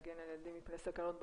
להגן על ילדים מפני סכנות ברשת.